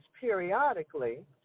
periodically